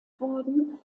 worden